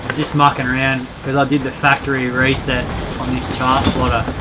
just mucking around, cause i did the factory reset on this chart plotter,